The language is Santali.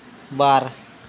ᱵᱟᱨ